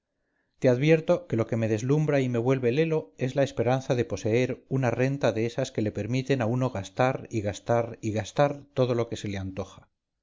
te advierto que lo que me deslumbra y me vuelve lelo es la esperanza de poseer una renta de esas que le permiten a uno gastar y gastar y gastar todo lo que se le antoja